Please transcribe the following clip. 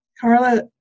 Carla